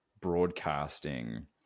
broadcasting